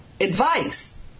advice